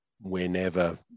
Whenever